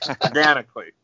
Organically